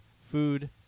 food